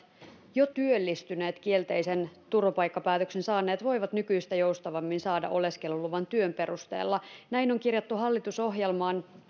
jo työllistyneet kielteisen turvapaikkapäätöksen saaneet voivat nykyistä joustavammin saada oleskeluluvan työn perusteella näin on kirjattu hallitusohjelmaan